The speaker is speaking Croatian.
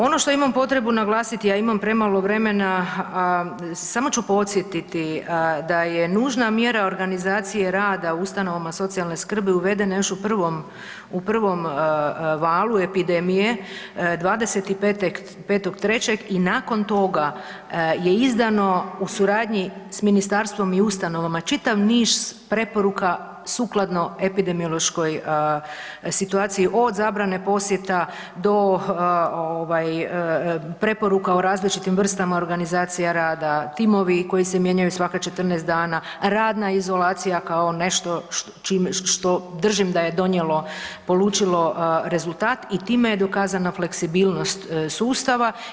Ono što imam potrebu naglasit, ja imam premalo vremena, a samo ću podsjetiti da je nužna mjera organizacije rada u ustanovama socijalne skrbi uvedena još u prvom, u prvom valu epidemije 25.3. i nakon toga je izdano u suradnji s ministarstvom i ustanovama čitav niz preporuka sukladno epidemiološkoj situaciji, od zabrane posjeta do ovaj preporuka o različitim vrstama organizacije rada, timovi koji se mijenjaju svaka 14 dana, radna izolacija kao nešto, čime, što držim da je donijelo, polučilo rezultat i time je dokazana fleksibilnost sustava.